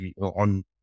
on